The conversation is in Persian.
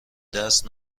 دست